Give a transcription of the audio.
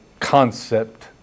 concept